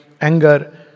anger